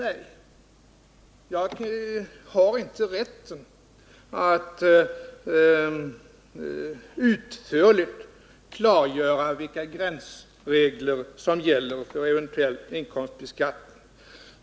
Jag har inte rätten att utförligt klargöra vilka gränsregler som gäller för eventuell inkomstbeskattning.